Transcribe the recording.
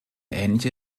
ähnliche